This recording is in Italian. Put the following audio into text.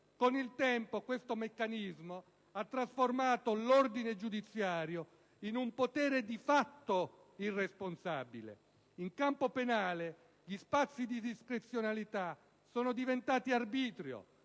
Con il tempo questo meccanismo ha trasformato l'ordine giudiziario in un potere di fatto irresponsabile. In campo penale, gli spazi di discrezionalità sono diventati arbitrio,